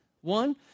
One